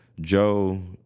Joe